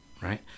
right